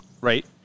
Right